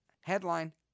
Headline